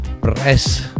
Press